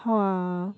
how ah